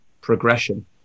progression